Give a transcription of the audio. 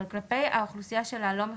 אבל כלפי האוכלוסייה של הלא מחוסנים,